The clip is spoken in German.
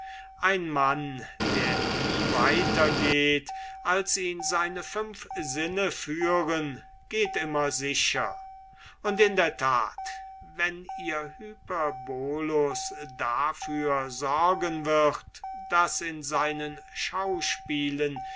ein mann der nie weiter geht als ihn seine fünf sinne führen geht immer sicher und in der tat wenn euer hyperbolus dafür sorgen wird daß in seinen schauspielen